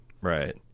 Right